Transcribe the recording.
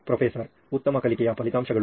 professor ಉತ್ತಮ ಕಲಿಕೆಯ ಫಲಿತಾಂಶಗಳು